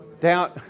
Down